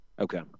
okay